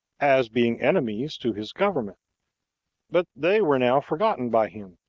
as being enemies to his government but they were now forgotten by him,